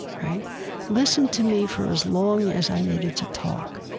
listened to me for as long as i needed to talk.